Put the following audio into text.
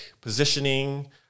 positioning